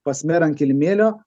pas merą ant kilimėlio